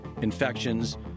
infections